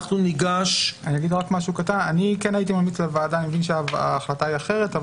אנחנו ניגש --- הייתי ממליץ לוועדה אני מבין שההחלטה אחרת,